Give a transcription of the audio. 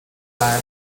lad